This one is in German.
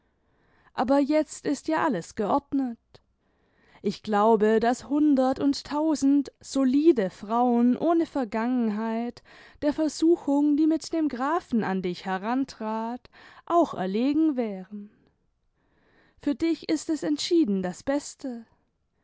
aber jetzt ist ja alles geordnet ich glaube daß hundert und tausend solide frauen ohne vergangenheit der versuchung die mit dem grafen an dich herantrat auch erlegen wären für dich ist es entschieden das beste